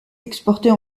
exporter